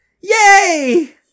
Yay